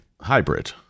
hybrid